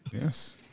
Yes